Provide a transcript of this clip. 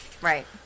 Right